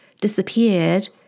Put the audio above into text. disappeared